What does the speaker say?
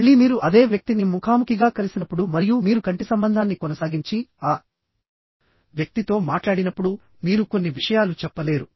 మళ్ళీ మీరు అదే వ్యక్తిని ముఖాముఖిగా కలిసినప్పుడు మరియు మీరు కంటి సంబంధాన్ని కొనసాగించి ఆ వ్యక్తితో మాట్లాడినప్పుడు మీరు కొన్ని విషయాలు చెప్పలేరు